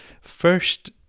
First